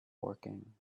working